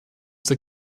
der